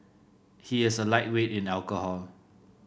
he is a lightweight in alcohol